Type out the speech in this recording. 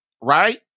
Right